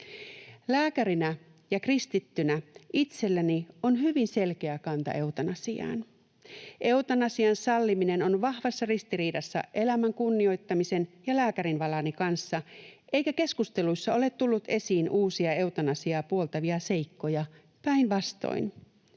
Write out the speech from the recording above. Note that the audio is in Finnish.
Lääkärinä ja kristittynä itselläni on hyvin selkeä kanta eutanasiaan. Eutanasian salliminen on vahvassa ristiriidassa elämän kunnioittamisen ja lääkärinvalani kanssa, eikä keskusteluissa ole tullut esiin uusia eutanasiaa puoltavia seikkoja, päinvastoin.